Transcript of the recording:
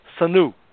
Sanu